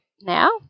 now